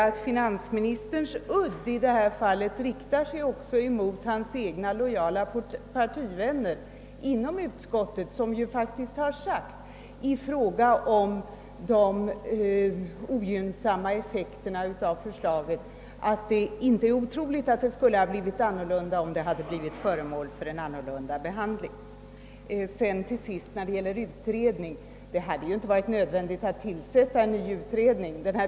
Udden i finansministerns tal riktas i det här fallet också mot hans egna lojala partivänner inom utskottet som faktiskt har sagt i fråga om förslagets ogynnsamma effekter, att det inte är osannolikt att förslaget skulle ha blivit annorlunda utformat, om det hade blivit föremål för en annan behandling. Till sist vill jag säga att det inte varit nödvändigt att tillsätta en ny utredning.